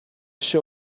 się